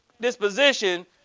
disposition